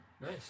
Nice